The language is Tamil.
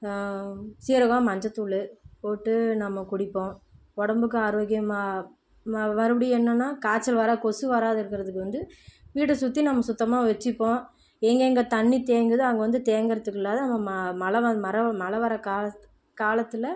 சீரகம் மஞ்சத்தூள் போட்டு நம்ம குடிப்போம் உடம்புக்கு ஆரோக்கியமாக ம மறுபடி என்னென்னா காய்ச்சல் வர கொசு வராத இருக்கிறதுக்கு வந்து வீடு சுற்றி நம்ம சுத்தமாக வச்சிப்போம் எங்கே எங்கே தண்ணி தேங்குதோ அங்கே வந்து தேங்கிறத்துக்குள்ளாற நம்ம ம மழை வந் மர மழை வர காலத் காலத்தில்